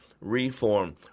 reform